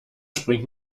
springt